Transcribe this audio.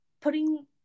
putting